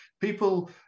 people